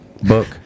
book